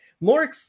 More